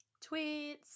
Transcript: Tweets